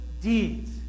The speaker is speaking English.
deeds